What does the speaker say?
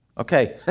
Okay